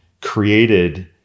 created